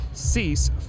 Cease